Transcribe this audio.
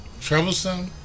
troublesome